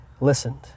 listened